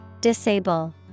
Disable